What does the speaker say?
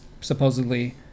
supposedly